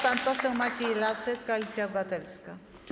Pan poseł Maciej Lasek, Koalicja Obywatelska.